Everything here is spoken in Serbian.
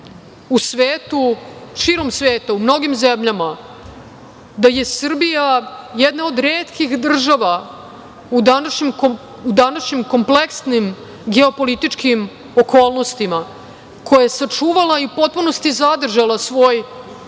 u svetu, širom sveta, u mnogim zemljama da je Srbija jedna od retkih država u današnjim kompleksnim geopolitičkim okolnostima, koja je sačuvala i u potpunosti zadržala svoj